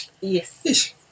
Yes